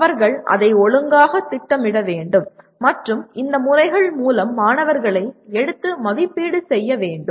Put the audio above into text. அவர்கள் அதை ஒழுங்காக திட்டமிட வேண்டும் மற்றும் இந்த முறைகள் மூலம் மாணவர்களை எடுத்து மதிப்பீடு செய்ய வேண்டும்